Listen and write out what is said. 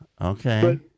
Okay